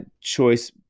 choice